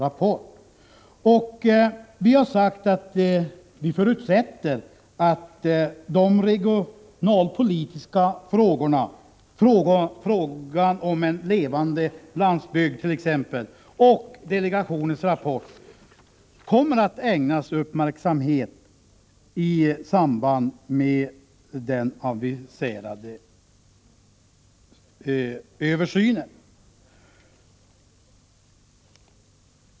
Vidare har vi sagt att det förutsätts att de regionalpolitiska frågorna, t.ex. frågan om en levande landsbygd, och delegationens rapport kommer att ägnas uppmärksamhet i samband med den aviserade översynen.